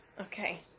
Okay